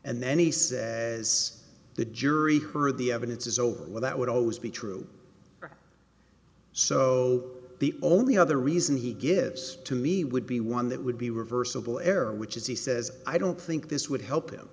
and then he said as the jury heard the evidence is over well that would always be true so the only other reason he gives to me would be one that would be reversible error which is he says i don't think this would help him